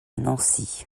nancy